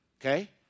Okay